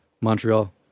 Montreal